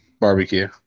barbecue